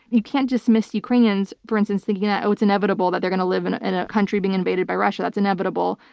you can't dismiss ukrainians, for instance, thinking that oh it's inevitable that they're going to live in ah in a country being invaded by russia, that's inevitable.